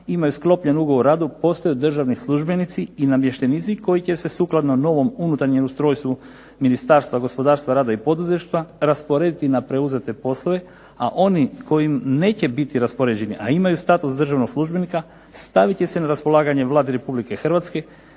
imaju sklopljen ugovor o radu, postaju državni službenici i namještenici koji će se sukladno novom unutarnjem ustrojstvu Ministarstva gospodarstva, rada i poduzetništva rasporediti na preuzete poslove, a oni koji neće biti raspoređeni, a imaju status državnog službenika stavit će se na raspolaganje Vladi Republike Hrvatske,